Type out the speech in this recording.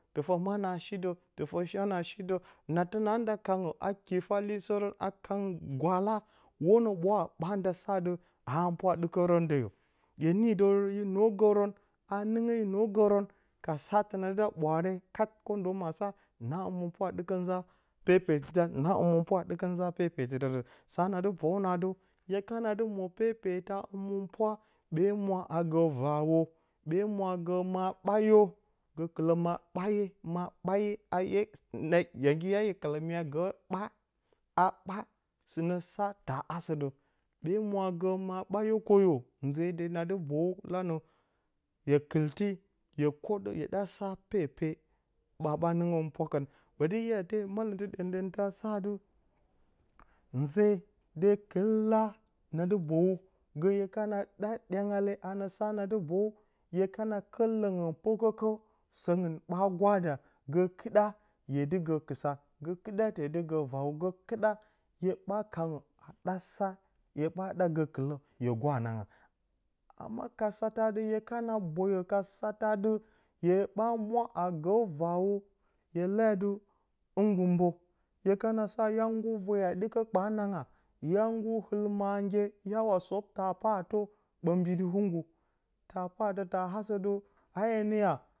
Tɨfə manə a shi də, tɨfə sha nə a shi dəw, na təna nda kangə, a kiifa lynsərən a kang gwaala wonə, ɓwaa ɓaa nda sa adɨ na həmɨnpwa a ɗɨkərə dəyo, hye nii dorən yo nwogərə ha- nɨngə yo nwogən ka sa təna dɨ ɗa ɓwaare kat kwondoma, a sa na homripwa a ɗɨkə nza pepe tɨdan. Sa na dɨ boyu nə adɨ, hye kana dɨ mwo pepetə həmɨnpwa, ɓee mwa agə vaawo. Bee mwa agə maa ɓaayo, gəkɨlə maa ɓaaye maa ɓaaye, ɓaaye ɓaaye a ye. Nagi ya hye kɨlə mya gə ɓaa ya ha sɨnə sa ta asə də, ɓee mwa agə maa ɓaa yə kwoyo. Nze de na dɨ, boyu lana, hye kɨlti hye kwoɗə, hye ɗa sa pepe. ɓa, ɓan nɨngə həmɨnpwa kan, ɓəti na te malɨmtɨ ɗəm ɗəmtə a sa adɨ, nze de kɨl la nadɨ boyu, gə hye kana ɗa ɗyangale anəsa na dɨ bboyu, hye kwot ləgin kpəkəkə, səgɨn ɓas gwaadagə kɨɗa, hye dɨ gə kɨa, gə kɨɗa te dɨ gə raawo gə kɨɗa hye ɓaa kaangə, hye ɗa sa hye ɓan ɗaa gə kɨlə hye gwaa nanga. amma ka satə adɨ hye kana boyo ka sə, hye ɓaa mwa agə vaawo, hye ledo adɨ hɨngu mbə. Hye kana sa, adɨ hya nggur vwe a ɗɨkə kpaa nanga, hya nggur ɨl mandye gya wa sop ka pato ɓə mbɨɗ-i hɨngu